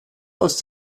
aus